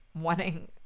wanting